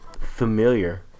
Familiar